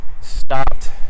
stopped